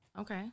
Okay